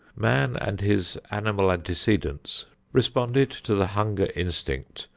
man and his animal antecedents responded to the hunger instinct,